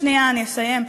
שנייה, אני אסיים.